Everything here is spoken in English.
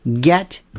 get